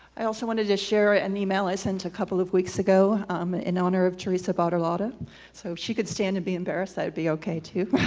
i also wanted to share an email i sent a couple of weeks ago in honor of theresa bartolotta so she could stand to be embarrass i would be okay to